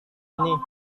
ini